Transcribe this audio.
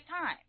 time